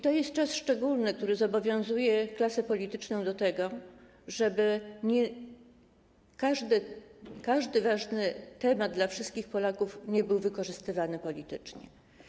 To jest czas szczególny, który zobowiązuje klasę polityczną do tego, żeby temat ważny dla wszystkich Polaków nie był wykorzystywany politycznie.